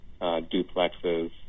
duplexes